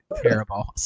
terrible